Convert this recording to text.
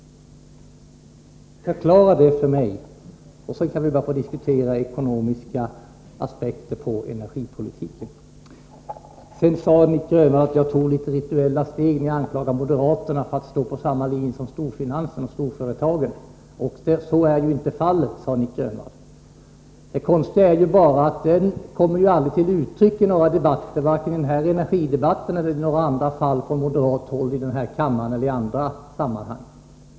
Förklara detta för mig — först då kan vi börja diskutera ekonomiska aspekter på energipolitiken. Nic Grönvall sade vidare att jag tog rituella steg när jag anklagade moderaterna för att stå på samma linje som storfinansen och storföretagen. Så är ju inte fallet, påstod Nic Grönvall. Det konstiga är bara att det ju aldrig kommit till uttryck i debatter, varken i den här energipolitiska debatten eller i andra frågor, från moderat håll i den här kammaren eller i andra sammanhang.